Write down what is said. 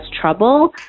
trouble